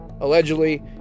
allegedly